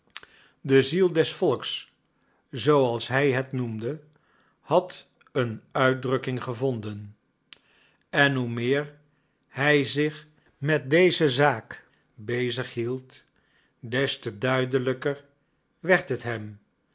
de ziel des volks zooals hij het noemde had een uitdrukking gevonden en hoe meer hij zich met deze zaak bezig hield des te duidelijker werd het hem